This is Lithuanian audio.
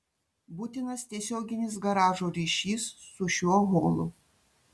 būtinas tiesioginis garažo ryšys su šiuo holu